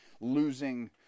losing